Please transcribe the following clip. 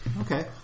Okay